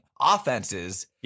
offenses